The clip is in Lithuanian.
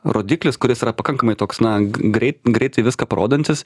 rodiklis kuris yra pakankamai toks na greit greitai viską parodantis